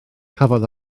cafodd